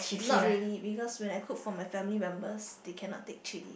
not really because when I cook for my family members they cannot take chilli